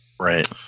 Right